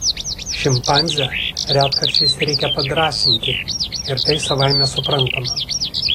šimpanzę retkarčiais reikia padrąsinti ir tai savaime suprantama